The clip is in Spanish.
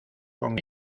con